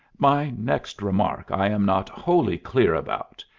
my next remark i am not wholly clear about,